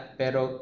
pero